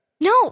No